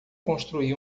construí